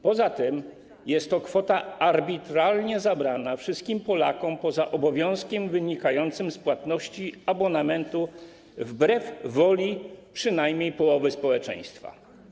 Poza tym jest to kwota arbitralnie zabrana wszystkim Polakom, poza obowiązkiem wynikającym z płatności abonamentu, wbrew woli przynajmniej połowy społeczeństwa.